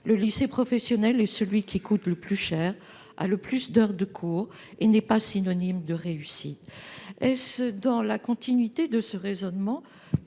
le lycée professionnel est celui qui coûte le plus cher, a le plus d'heures de cours et n'est pas synonyme de réussite ». Est-ce dans la continuité de ce raisonnement